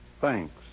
thanks